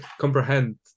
comprehend